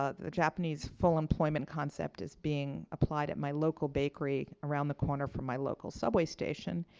ah the japanese full-employment concept as being applied at my local bakery around the corner from my local subway station,